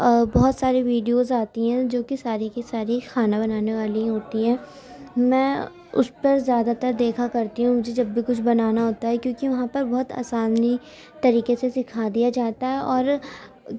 بہت ساری ویڈیوز آتی ہیں جو کہ ساری کی ساری کھانا بنانے والی ہوتی ہیں میں اس پر زیادہ تر دیکھا کرتی ہوں مجھے جب بھی کچھ بنانا ہوتا ہے کیونکہ وہاں پر بہت آسانی طریقے سے سکھا دیا جاتا ہے اور